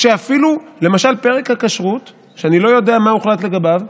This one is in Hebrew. למשל פרק הכשרות, שאני לא יודע מה הוחלט לגביו,